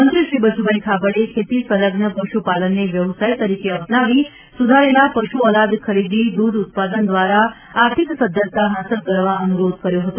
મંત્રીશ્રી બચુભાઇ ખાબડે ખેતી સંલગ્ન પશુપાલનને વ્યવસાય તરીકે અપનાવી સુધારેલા પશુઓલાદ ખરીદી દુધ ઉત્પાદન દ્રારા આર્થિક સધ્ધરતા હાંસલ કરવા અનુરોધ કર્યો હતો